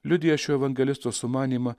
liudija šio evangelisto sumanymą